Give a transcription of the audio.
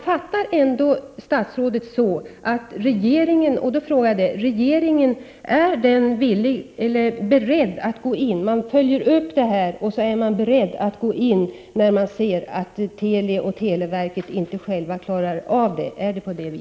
Är det så att regeringen följer upp frågan och är beredd att gå in när den ser att Teli och televerket inte klarar det själva?